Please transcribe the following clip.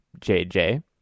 JJ